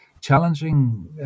challenging